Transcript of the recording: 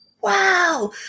wow